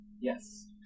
Yes